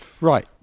Right